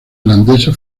irlandesa